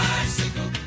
Bicycle